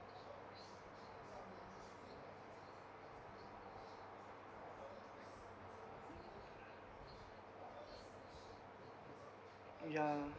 ya